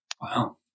Wow